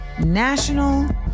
National